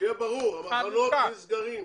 שיהיה ברור, המחנות נסגרים.